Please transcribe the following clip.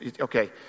okay